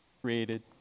created